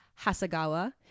Hasagawa